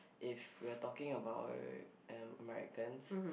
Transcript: if we are talking about um Americans